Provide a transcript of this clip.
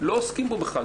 לא עוסקים בו בכלל.